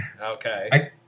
Okay